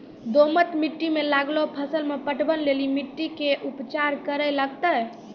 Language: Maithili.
दोमट मिट्टी मे लागलो फसल मे पटवन लेली मिट्टी के की उपचार करे लगते?